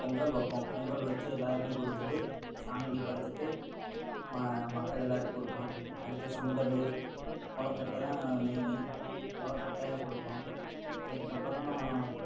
பொங்கல் வைப்போம் பொங்கல் வச்சு எல்லாருக்கும் குடுத்துட்டு சாமிக்கு படைச்சிட்டு ம மக்கள் எல்லோருக்கும் கொடுப்போம் அடுத்த சுண்டல் கொழுக்கட்ட தான் மெய்னு கொழுக்கட்ட கொடுப்போம் அதுக்கப்பறம்